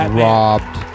robbed